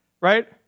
right